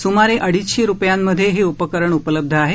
सुमारे अडीचशे रुपयांमध्ये हे उपकरण उपलब्ध आहे